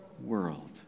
world